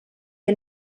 què